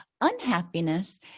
Unhappiness